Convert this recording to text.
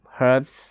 herbs